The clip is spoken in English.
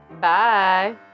bye